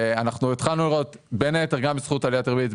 ואנחנו התחלנו לראות בין היתר גם בזכות עליית הריבית,